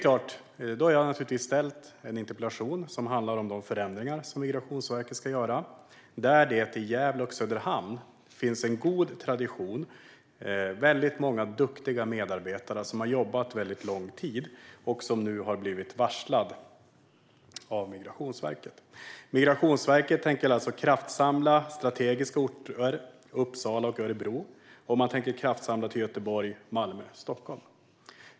Jag har ställt en interpellation som handlar om de förändringar som Migrationsverket ska göra i Gävle och Söderhamn, där det finns en god tradition och många duktiga medarbetare som har jobbat lång tid. De har nu blivit varslade av Migrationsverket. Migrationsverket tänker kraftsamla på strategiska orter: Uppsala, Örebro, Göteborg, Malmö och Stockholm.